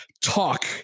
talk